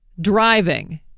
driving